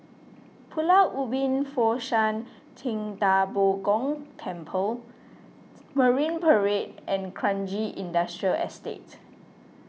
Pulau Ubin Fo Shan Ting Da Bo Gong Temple Marine Parade and Kranji Industrial Estate